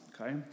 Okay